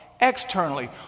externally